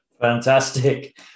Fantastic